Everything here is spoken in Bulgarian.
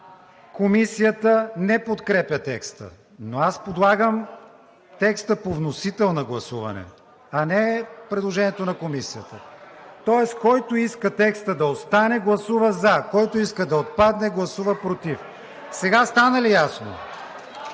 Комисията не подкрепя текста, но аз подлагам текста по вносител на гласуване, а не предложението на Комисията. Тоест, който иска текстът да остане, гласува за, който иска да отпадне – гласува против. Сега стана ли ясно?